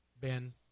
Ben